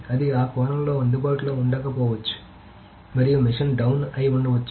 అది ఆ కోణంలో అందుబాటులో ఉండకపోవచ్చు మరియు మెషిన్ డౌన్ అయి ఉండవచ్చు